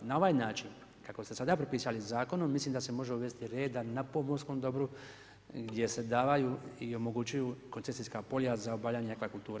Na ovaj način kako ste sada propisali zakonom, mislim da se može uvesti reda na pomorskom dobru gdje se davaju i omogućuju koncesijska polja za obavljanje akvakulture.